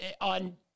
on